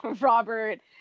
Robert